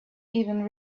even